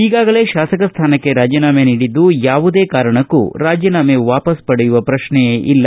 ಈಗಾಗಲೇ ಶಾಸಕ ಸ್ವಾನಕ್ಕೆ ರಾಜೀನಾಮೆ ನೀಡಿದ್ದು ಯಾವುದೇ ಕಾರಣಕ್ಕೂ ರಾಜೀನಾಮೆ ವಾಪಾಸ್ ಪಡೆಯುವ ಪ್ರಶ್ನೆಯೇ ಇಲ್ಲ